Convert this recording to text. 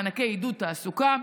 מענקי עידוד תעסוקה,